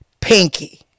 Pinky